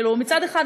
מצד אחד,